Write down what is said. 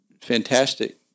fantastic